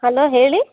hello ಹೇಳಿ